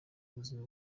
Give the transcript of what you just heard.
buzima